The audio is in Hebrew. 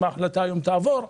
אם ההחלטה על כך תעבור היום,